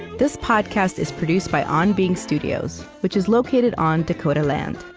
this podcast is produced by on being studios, which is located on dakota land.